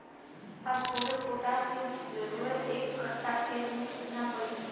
Phosphorus potash के जरूरत एक कट्ठा खेत मे केतना पड़ी?